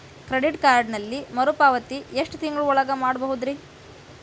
Credit ಕಾರ್ಡಿನಲ್ಲಿ ಮರುಪಾವತಿ ಎಷ್ಟು ತಿಂಗಳ ಒಳಗ ಮಾಡಬಹುದ್ರಿ?